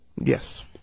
Yes